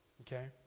Okay